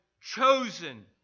chosen